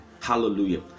Hallelujah